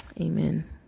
Amen